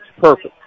Perfect